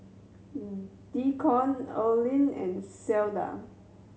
Deacon Earlean and Cleda